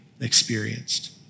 experienced